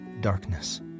darkness